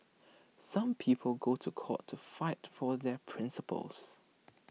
some people go to court to fight for their principles